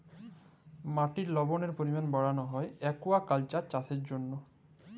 মাটির লবলের পরিমাল বাড়ালো হ্যয় একুয়াকালচার চাষের জ্যনহে